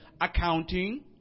accounting